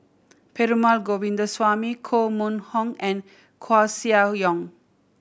Perumal Govindaswamy Koh Mun Hong and Koeh Sia Yong